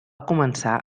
començar